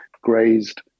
grazed